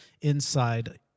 inside